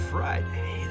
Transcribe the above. Friday